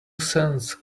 sense